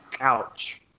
Ouch